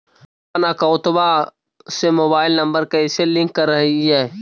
हमपन अकौउतवा से मोबाईल नंबर कैसे लिंक करैइय?